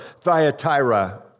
Thyatira